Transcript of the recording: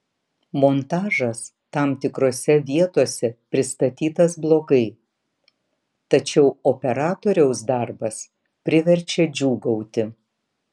montažas tam tikrose vietose pristatytas blogai tačiau operatoriaus darbas priverčia džiūgauti